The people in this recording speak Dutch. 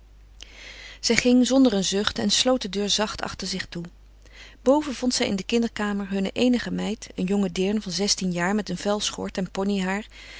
zij ging zonder een zucht en sloot de deur zacht achter zich toe boven vond zij in de kinderkamer hunne eenige meid een jonge deern van zestien jaar met een vuil schort en